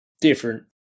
different